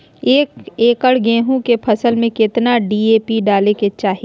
एक एकड़ गेहूं के फसल में कितना डी.ए.पी डाले के चाहि?